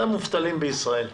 זה מספר המובטלים בישראל.